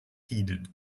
heeded